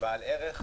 בעל ערך,